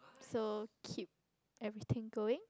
so keep everything going